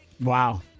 wow